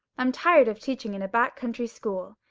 i'm tired of teaching in a back country school.